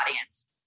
audience